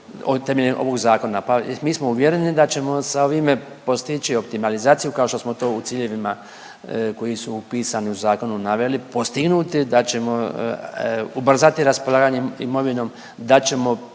temeljem ovog zakona, pa mi smo uvjereni da ćemo sa ovime postići optimalizaciju kao što smo to u ciljevi koji su upisani u zakonu naveli postignuti, da ćemo ubrzati raspolaganje imovinom, da ćemo